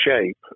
shape